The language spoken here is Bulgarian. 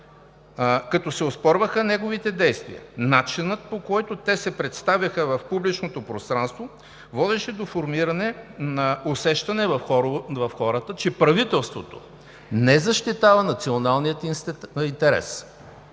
като се оспорваха неговите действия. Начинът, по който те се представяха в публичното пространство, водеше до формиране на усещане в хората, че правителството не защитава националния интерес.